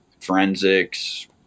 forensics